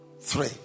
Three